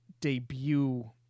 debut